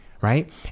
right